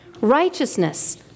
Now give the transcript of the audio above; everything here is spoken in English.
Righteousness